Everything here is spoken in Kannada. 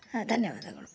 ಹಾಂ ಧನ್ಯವಾದಗಳು